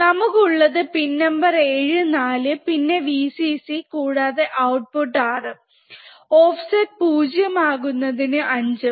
ഇനി നമുക്ക് ഉള്ളത് പിൻ നമ്പർ 7 4 പിന്നെ Vcc കൂടാതെ ഔട്ട്പുട് 6 ഉം ഓഫിസ്റ്റ് 0 ആകുന്നതിനു 5 ഉം